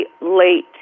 late